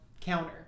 counter